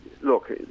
look